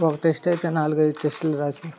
ఒక టెస్ట్ అయితే నాలుగైదు టెస్ట్లు రాసి